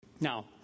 Now